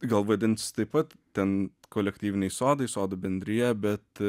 gal vadins taip pat ten kolektyviniai sodai sodų bendrija bet